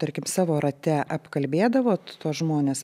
tarkim savo rate apkalbėdavot tuos žmones